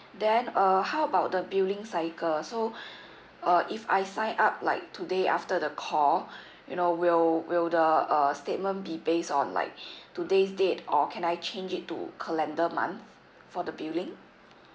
then uh how about the billing cycle so uh if I sign up like today after the call you know will will the uh statement be based on like today's date or can I change it to calendar month for the billing